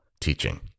teaching